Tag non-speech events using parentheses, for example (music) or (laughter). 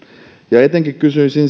ja ja etenkin kysyisin (unintelligible)